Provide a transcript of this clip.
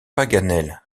paganel